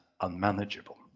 unmanageable